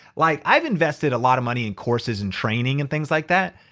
like i've invested a lot of money in courses and training and things like that.